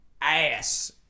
ass